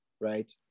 right